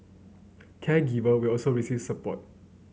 caregiver will also receive support